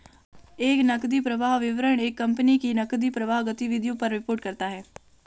एक नकदी प्रवाह विवरण एक कंपनी की नकदी प्रवाह गतिविधियों पर रिपोर्ट करता हैं